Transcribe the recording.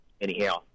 anyhow